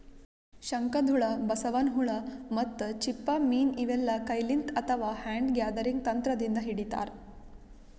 ಶಂಕದ್ಹುಳ, ಬಸವನ್ ಹುಳ ಮತ್ತ್ ಚಿಪ್ಪ ಮೀನ್ ಇವೆಲ್ಲಾ ಕೈಲಿಂತ್ ಅಥವಾ ಹ್ಯಾಂಡ್ ಗ್ಯಾದರಿಂಗ್ ತಂತ್ರದಿಂದ್ ಹಿಡಿತಾರ್